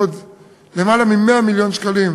לנושא ניהול עצמי,